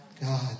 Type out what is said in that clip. God